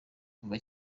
kuva